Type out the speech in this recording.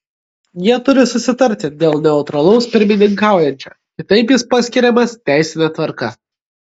jie turi susitarti dėl neutralaus pirmininkaujančio kitaip jis paskiriamas teisine tvarka